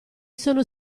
sono